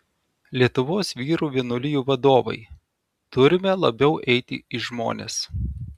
lietuvos vyrų vienuolijų vadovai turime labiau eiti į žmones